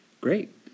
great